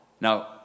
Now